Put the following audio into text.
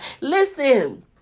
Listen